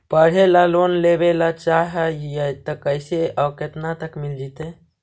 पढ़े ल लोन लेबे ल चाह ही त कैसे औ केतना तक मिल जितै?